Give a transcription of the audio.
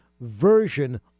version